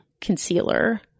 concealer